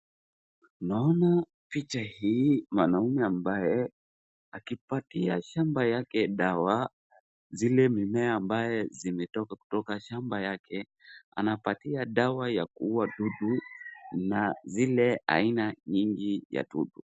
Naona picha hii mwanaume ambaye akipatia shamba yake dawa, zile mimea ambae zimetoka shamba yake, anapatia dawa ya kuuwa dudu na zile aina nyingi ya dudu.